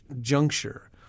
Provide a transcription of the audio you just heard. juncture